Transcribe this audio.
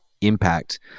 impact